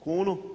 Kunu?